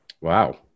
Wow